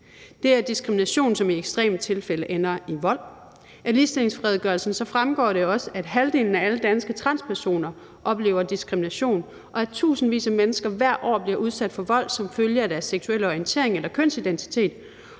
Det er diskrimination, som i ekstreme tilfælde ender i vold. Af ligestillingsredegørelsen fremgår det også, at halvdelen af alle danske transpersoner oplever diskrimination, og at tusindvis af mennesker hvert år bliver udsat for vold som følge af deres seksuelle orientering eller kønsidentitet.